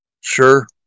Sure